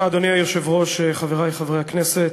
אדוני היושב-ראש, תודה, חברי חברי הכנסת,